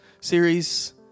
series